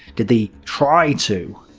did they try to?